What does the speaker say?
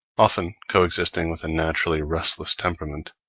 often co-existing with a naturally restless temperament.